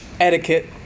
etiquette